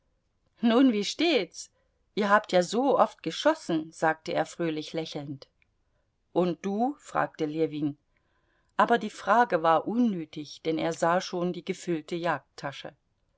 nun wie steht's ihr habt ja so oft geschossen sagte er fröhlich lächelnd und du fragte ljewin aber die frage war unnötig denn er sah schon die gefüllte